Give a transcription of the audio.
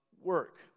work